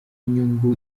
inyungu